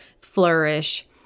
flourish